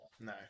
No